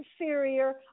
inferior